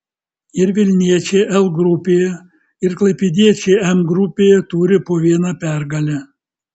ir vilniečiai l grupėje ir klaipėdiečiai m grupėje turi po vieną pergalę